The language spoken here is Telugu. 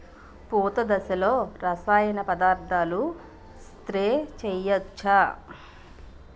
పూత దశలో రసాయన పదార్థాలు స్ప్రే చేయచ్చ?